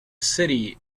city